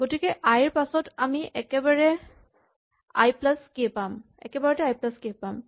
গতিকে আই ৰ পাছত আমি একেবাৰতে আই প্লাচ কে পাম